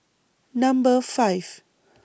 Number five